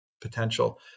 potential